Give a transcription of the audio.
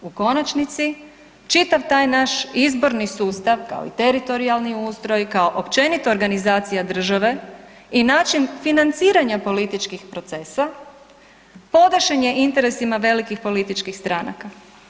U konačnici čitav taj naš izborni sustav, kao i teritorijalni ustroj, kao općenito organizacija države i način financiranja političkih procesa podešen je interesima velikih političkih stranaka.